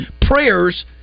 Prayers